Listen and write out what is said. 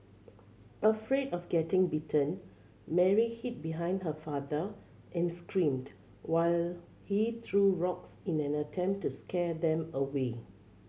afraid of getting bitten Mary hid behind her father and screamed while he threw rocks in an attempt to scare them away